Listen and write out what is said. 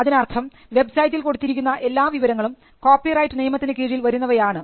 അതിനർത്ഥം വെബ് സൈറ്റിൽ കൊടുത്തിരിക്കുന്ന എല്ലാ വിവരങ്ങളും കോപ്പിറൈറ്റ് നിയമത്തിന് കീഴിൽ വരുന്നവയാണ്